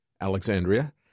Alexandria